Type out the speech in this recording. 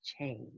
change